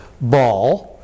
ball